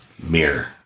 Mirror